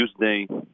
Tuesday